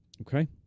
Okay